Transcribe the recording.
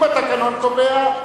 אם התקנון קובע,